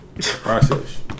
Process